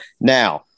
Now